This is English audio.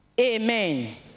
Amen